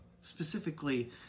specifically